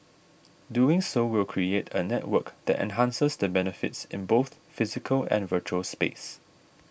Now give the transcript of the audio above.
doing so will create a network that enhances the benefits in both physical and virtual space